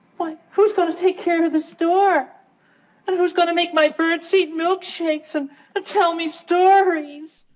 why, who's going to take care of the store? and who's going to make my birdseed milkshakes and tell me stories?